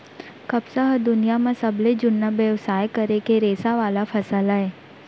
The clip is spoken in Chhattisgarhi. कपसा ह दुनियां म सबले जुन्ना बेवसाय करे के रेसा वाला फसल अय